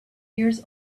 years